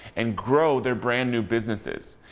and grow their brand new businesses.